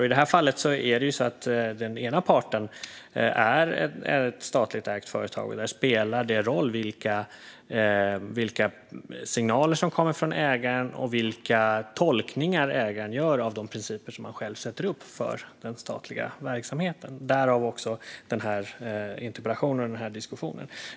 I detta fall är den ena parten ett statligt ägt företag, och där spelar det roll vilka signaler som kommer från ägaren och vilka tolkningar ägaren gör av de principer som man själv sätter upp för den statliga verksamheten - därav också min interpellation och denna diskussion.